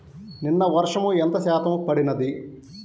నిన్న వర్షము ఎంత శాతము పడినది?